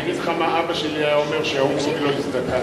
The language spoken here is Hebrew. אני אגיד לך מה אבא שלי היה אומר כשהיו אומרים לו "הזדקנת".